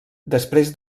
després